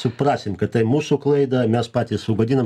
suprasim kad tai mūsų klaida mes patys sugadinam